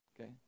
Okay